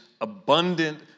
abundant